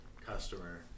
customer